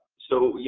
so,